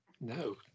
No